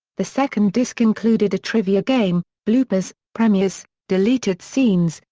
the second disc included a trivia game, bloopers, premiers, deleted scenes,